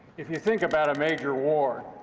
if you think about a major war,